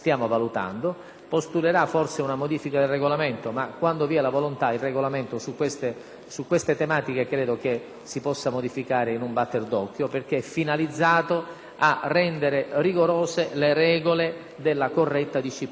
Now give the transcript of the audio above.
postulerà forse una modifica del Regolamento ma, quando vi è la volontà, il Regolamento su queste tematiche credo si possa modificare in un batter d'occhio, in quanto la modifica è finalizzata a rendere rigorose le regole della corretta disciplina del voto.